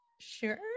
Sure